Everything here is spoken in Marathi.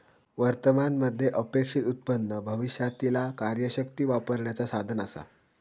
वर्तमान मध्ये अपेक्षित उत्पन्न भविष्यातीला कार्यशक्ती वापरण्याचा साधन असा